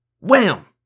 Wham